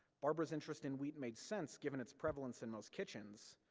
barber's interest in wheat made sense, given its prevalence in most kitchens,